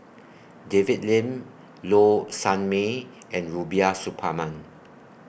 David Lim Low Sanmay and Rubiah Suparman